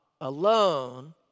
alone